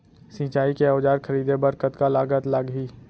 सिंचाई के औजार खरीदे बर कतका लागत लागही?